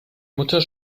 mutter